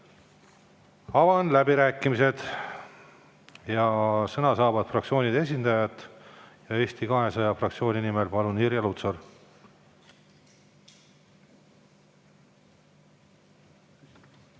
Avan läbirääkimised ja sõna saavad fraktsioonide esindajad. Eesti 200 fraktsiooni nimel Irja Lutsar,